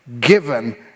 given